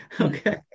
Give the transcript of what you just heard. okay